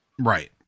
Right